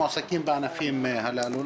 מועסקים בענפים הללו.